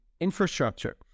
infrastructure